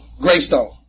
Greystone